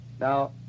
Now